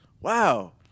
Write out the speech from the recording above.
Wow